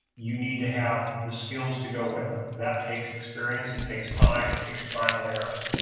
you need to have the skills to go with them. that takes experience. it takes time. it takes trial and error.